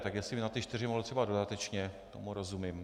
Tak jestli by na ty čtyři mohl třeba dodatečně, tomu rozumím.